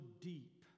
deep